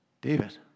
David